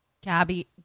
Gabby